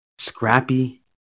scrappy